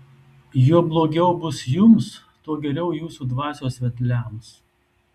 juo blogiau bus jums tuo geriau jūsų dvasios vedliams